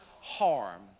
harm